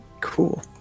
Cool